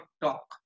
talk